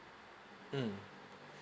mm